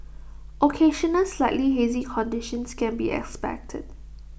occasional slightly hazy conditions can be expected